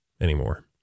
anymore